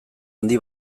handi